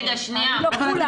אני לא כבולה לרישוי עסקים.